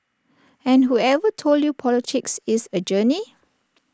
and whoever told you politics is A journey